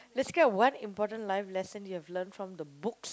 describe one important life lesson you have learned from the books